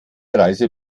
reise